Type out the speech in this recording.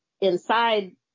inside